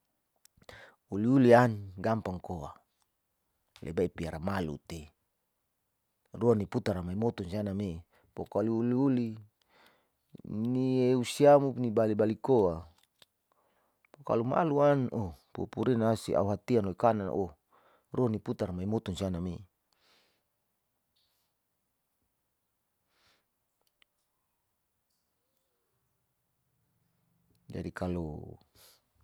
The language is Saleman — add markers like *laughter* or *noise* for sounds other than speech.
Uliuli'an gambang kao lbai puara malu tei bei nuputara maimito si name pokalo uliuli ni usiamu ni balibali koa kalo maluan oh pupu rinasi au hatian lai kandan naoh ro niputara maimoto sianame *hesitation* jadi kalo.